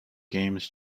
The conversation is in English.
games